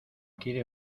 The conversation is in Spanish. quiere